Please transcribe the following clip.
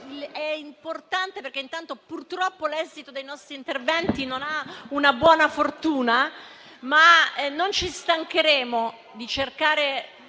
È importante perché purtroppo l'esito dei nostri interventi non ha una buona fortuna, ma non ci stancheremo di cercare